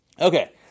Okay